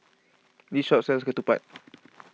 this shop sells Ketupat